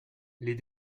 les